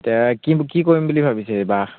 এতিয়া কি কি কৰিম বুলি ভাবিছে এইবাৰ